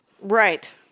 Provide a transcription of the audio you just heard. Right